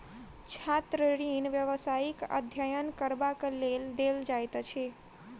छात्र ऋण व्यवसायिक अध्ययन करबाक लेल देल जाइत अछि